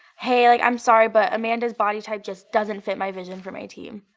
hey, like i'm sorry but amanda's body type just doesn't fit my vision for my team,